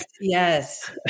yes